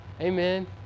Amen